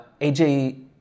AJ